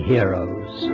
Heroes